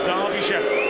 Derbyshire